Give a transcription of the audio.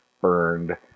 burned